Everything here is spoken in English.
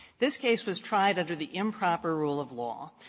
this case was tried under the improper rule of law.